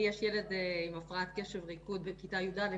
לי יש ילד עם הפרעת קשב וריכוז בכיתה י"א,